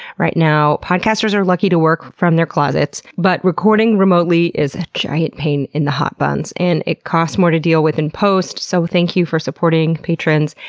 right now podcasters are lucky to work from their closets, but recording remotely is a giant pain in the hot buns and it costs more to deal with in post, so thank you for supporting, patrons.